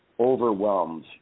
overwhelmed